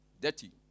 Dirty